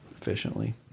efficiently